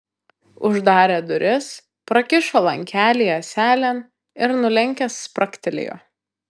uždarė duris prakišo lankelį ąselėn ir nulenkęs spragtelėjo